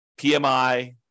PMI